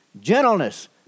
Gentleness